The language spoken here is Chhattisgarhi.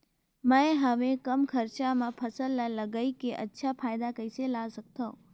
मैं हवे कम खरचा मा फसल ला लगई के अच्छा फायदा कइसे ला सकथव?